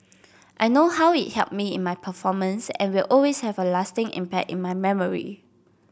I know how it helped me in my performance and will always have a lasting impact in my memory